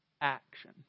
action